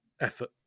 effort